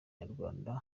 nyarwanda